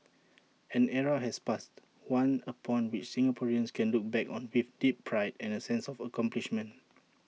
an era has passed one upon which Singaporeans can look back on with deep pride and A sense of accomplishment